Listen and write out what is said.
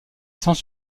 sans